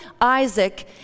Isaac